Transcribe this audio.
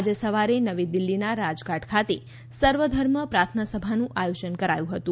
આજે સવારે નવી દિલ્હીના રાજઘાટ ખાતે સર્વધર્મ પ્રાર્થના સભાનું આયોજન કરાયું હતું